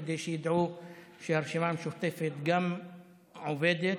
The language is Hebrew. כדי שידעו שהרשימה המשותפת גם עובדת,